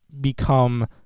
become